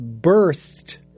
birthed